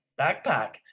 backpack